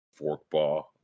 forkball